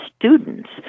students